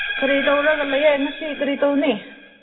ꯀꯔꯤ ꯇꯧꯔꯒ ꯂꯩꯌꯦ ꯉꯁꯤ ꯀꯔꯤ ꯇꯧꯅꯤ